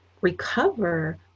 recover